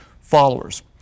followers